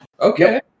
Okay